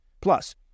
Plus